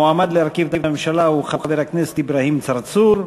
המועמד להרכיב את הממשלה הוא חבר הכנסת אברהים צרצור.